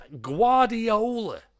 Guardiola